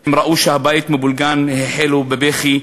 הן ראו שהבית מבולגן, החלו בבכי.